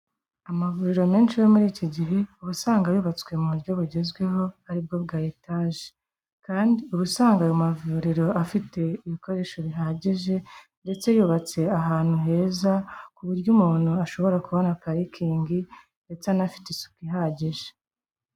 Amavuriro menshi yo muri iki gihe, uba usanga yubatswe mu buryo bugezweho ari bwo bwa etaje kandi ubu usanga ayo mavuriro afite ibikoresho bihagije ndetse yubatse ahantu heza ku buryo umuntu ashobora kubona parikingi ndetse anafite isuku ihagije.